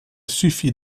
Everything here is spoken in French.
suffi